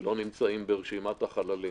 לא נמצאים ברשימת החללים.